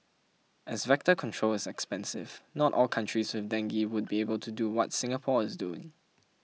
as vector control is expensive not all countries with dengue would be able to do what Singapore is doing